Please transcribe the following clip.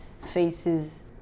faces